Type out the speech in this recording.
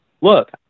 look